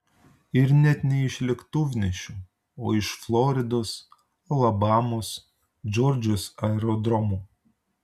ir net ne iš lėktuvnešių o iš floridos alabamos džordžijos aerodromų